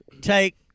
take